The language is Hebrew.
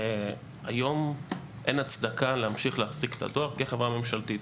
היום אין הצדקה להמשיך להחזיק את הדואר כחברה ממשלתית.